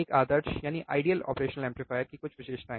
एक आदर्श operational amplifier की कुछ विशेषताएँ